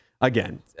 again